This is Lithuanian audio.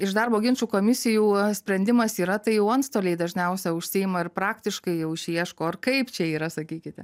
iš darbo ginčų komisijų sprendimas yra tai jau antstoliai dažniausia užsiima ir praktiškai jau išieško ar kaip čia yra sakykite